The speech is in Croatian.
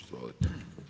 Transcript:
Izvolite.